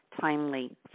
timely